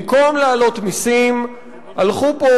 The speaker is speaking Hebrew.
במקום להעלות מסים,